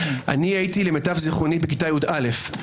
הייתי למיטב זיכרוני בכיתה י"א.